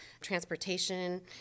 transportation